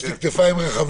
יש לי כתפיים רחבות,